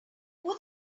who